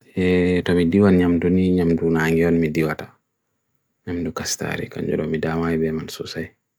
E to midiwan nhyam duni nhyam dun hangi on midiwata. Nhyam dun kastaare konjura midawa ibe man susai.